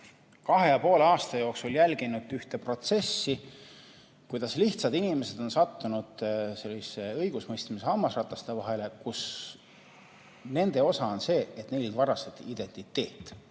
kahe ja poole aasta jooksul jälginud üht protsessi, kus lihtsad inimesed on sattunud õigusemõistmise hammasrataste vahele. Nende osa oli see, et neilt varastati identiteet.